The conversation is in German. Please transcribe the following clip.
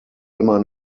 immer